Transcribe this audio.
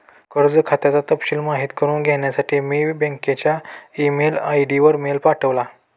कर्ज खात्याचा तपशिल माहित करुन घेण्यासाठी मी बँकच्या ई मेल आय.डी वर मेल पाठवला